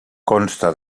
consta